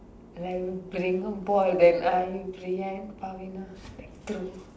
like a bring a ball then are you Brianne Avina like two